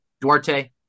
Duarte